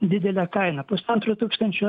didelė kaina pusantro tūkstančio